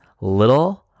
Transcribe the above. little